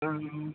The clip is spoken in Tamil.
ஆ ஆ